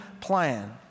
plan